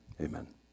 Amen